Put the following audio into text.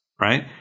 right